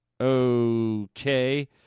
Okay